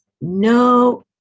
no